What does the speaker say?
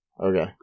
Okay